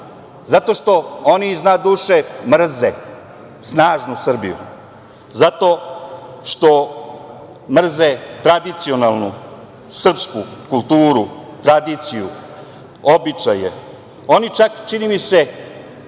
Zato što oni iz dna duše mrze snažnu Srbiju, zato što mrze tradicionalnu srpsku kulturu, tradiciju, običaje. Oni čak, čini mi se,